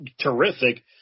terrific